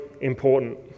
important